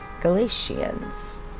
Galatians